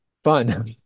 fun